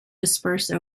disperse